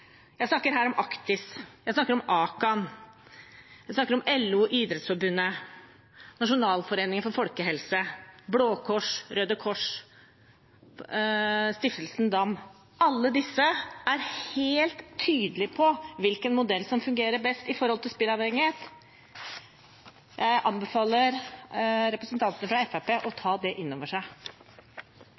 Jeg snakker her om Actis og Akan. Jeg snakker om LO, Idrettsforbundet, Nasjonalforeningen for folkehelsen, Blå Kors, Røde Kors og Stiftelsen Dam. Alle disse er helt tydelige på hvilken modell som fungerer best med tanke på spilleavhengighet. Jeg anbefaler representantene fra Fremskrittspartiet å ta det inn over seg.